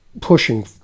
pushing